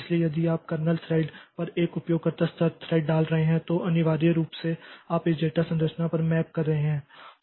इसलिए यदि आप कर्नेल थ्रेड पर एक उपयोगकर्ता स्तर थ्रेड डाल रहे हैं तो अनिवार्य रूप से आप इसे डेटा संरचना पर मैप कर रहे हैं